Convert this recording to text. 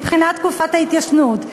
מבחינת תקופת ההתיישנות,